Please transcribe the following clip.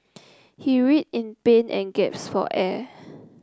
he writhed in pain and gasped for air